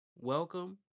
welcome